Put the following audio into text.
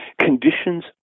conditions